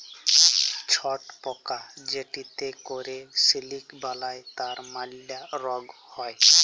ছট পকা যেটতে ক্যরে সিলিক বালাই তার ম্যালা রগ হ্যয়